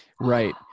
right